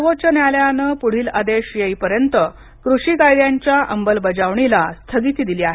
सर्वोच्च न्यायालयानं पुढील आदेश येईपर्यंत कृषी कायद्यांच्या अंमल बजावणीला स्थगिती दिली आहे